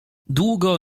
długo